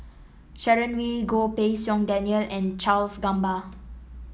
Sharon Wee Goh Pei Siong Daniel and Charles Gamba